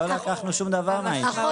לא לקחנו שום דבר מהאישה.